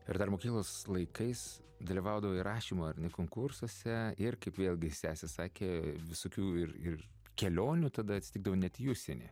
ir dar mokyklos laikais dalyvaudavai rašymo ar ne konkursuose ir kaip vėlgi sesė sakė visokių ir ir kelionių tada atsitikdavo net į užsienį